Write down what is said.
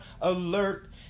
alert